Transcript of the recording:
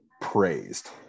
praised